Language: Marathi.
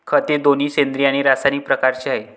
खते दोन्ही सेंद्रिय आणि रासायनिक प्रकारचे आहेत